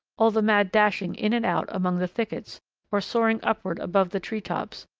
all the mad dashing in and out among the thickets or soaring upward above the tree-tops,